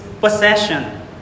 possession